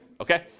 okay